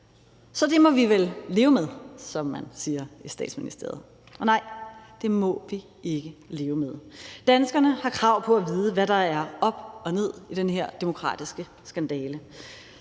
Så det må vi vel leve med, som man siger i Statsministeriet. Nej, det må vi ikke leve med. Danskerne har krav på at vide, hvad der er op og ned i den her demokratiske skandale.